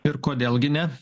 ir kodėl gi ne